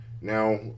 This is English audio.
now